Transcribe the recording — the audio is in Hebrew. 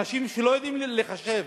אנשים שלא יודעים לחשב,